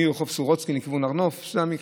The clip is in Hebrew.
מרחוב סורוצקין לכיוון הר נוף, זה המקרה?